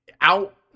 out